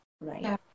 right